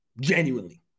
Genuinely